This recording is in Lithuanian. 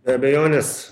be abejonės